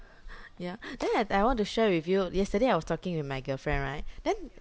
ya then I I want to share with you yesterday I was talking with my girlfriend right then